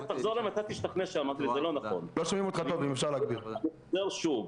אני חוזר שוב.